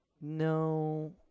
No